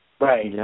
Right